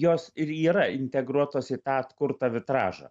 jos ir yra integruotos į tą atkurtą vitražą